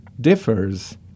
differs